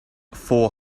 for